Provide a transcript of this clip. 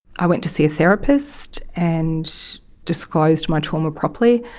i went to see a therapist and disclosed my trauma properly.